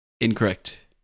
Incorrect